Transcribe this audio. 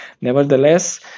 nevertheless